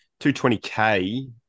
220K